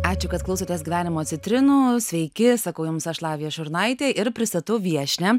ačiū kad klausotės gyvenimo citrinų sveiki sakau jums aš lavija šurnaitė ir pristatau viešnią